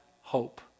hope